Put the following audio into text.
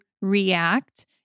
react